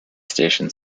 station